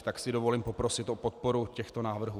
Tak si dovolím poprosit o podporu těchto návrhů.